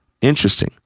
Interesting